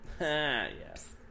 yes